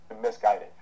misguided